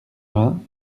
vingts